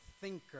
thinker